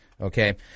Okay